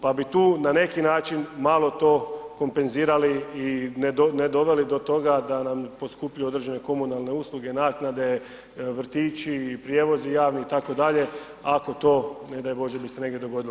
Pa bi tu na neki način malo to kompenzirali i ne doveli do toga da nam poskupljuju određene komunalne usluge, naknade, vrtići, prijevozi javni itd., ako to ne daj Bože bi se negdje dogodilo.